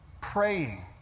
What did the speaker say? praying